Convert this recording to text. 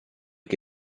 che